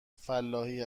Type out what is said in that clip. فلاحی